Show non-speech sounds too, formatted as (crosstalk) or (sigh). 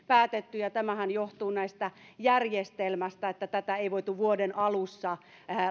(unintelligible) päätetty tämähän johtuu näistä järjestelmistä että tätä korotusta ei voitu vuoden alussa